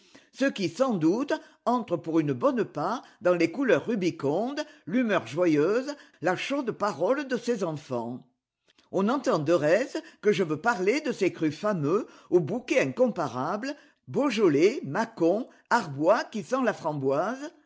ce qui sans doute entre pour une bonne part dans les couleurs rubicondes l'humeur joyeuse la chaude parole de ses enfants on entend de reste que je veux parler de ses crûs fameux au bouquet incomparable beaujolais mâcon arbois qui sent la framboise